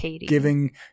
giving